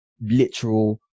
literal